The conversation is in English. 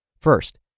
First